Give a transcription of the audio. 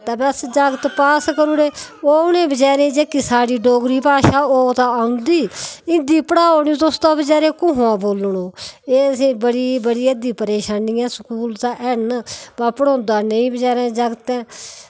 ते बस जागत पास करी ओड़े ओह् उ'नें गी साढ़ी जेह्ड़ी डोगरी भाशा ओह् ते औंदी हिन्दी पढ़ाओ निं तुस तां बचैरे कुत्थूं दा बोलन ओह् एह् असेंगी बड़ा बड़ी बड़ी हद्द दी परेशानी ऐ स्कूल ते हैन व पढ़ोदां नेईं बचैरें जागतें